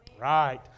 Right